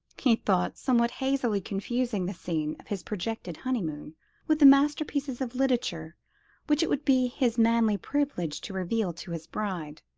he thought, somewhat hazily confusing the scene of his projected honey-moon with the masterpieces of literature which it would be his manly privilege to reveal to his bride.